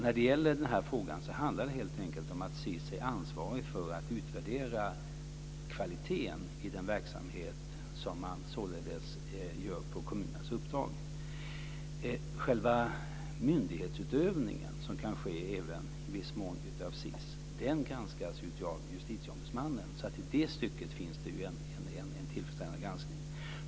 När det gäller den här frågan handlar det helt enkelt om att SiS är ansvarig för att utvärdera kvaliteten i den verksamhet som man gör på kommunernas uppdrag. Själva myndighetsutövningen, som kanske även i viss mån utövas av SiS, granskas av Justitieombudsmannen. I det stycket finns det en tillfredsställande granskning.